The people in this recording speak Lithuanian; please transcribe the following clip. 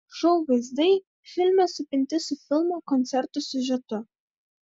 šou vaizdai filme supinti su filmo koncerto siužetu